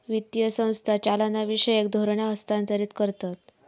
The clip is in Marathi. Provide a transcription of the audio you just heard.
वित्तीय संस्था चालनाविषयक धोरणा हस्थांतरीत करतत